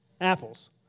Apples